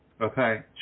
okay